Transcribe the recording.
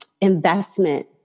investment